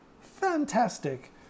fantastic